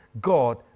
god